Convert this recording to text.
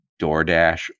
DoorDash